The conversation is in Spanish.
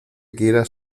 quieras